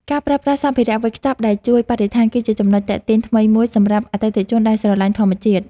ការប្រើប្រាស់សម្ភារៈវេចខ្ចប់ដែលជួយបរិស្ថាន គឺជាចំណុចទាក់ទាញថ្មីមួយសម្រាប់អតិថិជនដែលស្រឡាញ់ធម្មជាតិ។